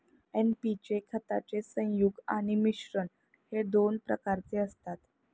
NP चे खताचे संयुग आणि मिश्रण हे दोन प्रकारचे असतात